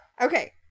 Okay